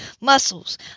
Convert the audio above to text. muscles